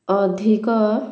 ଅଧିକ